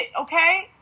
okay